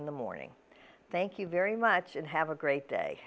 in the morning thank you very much and have a great day